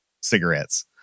cigarettes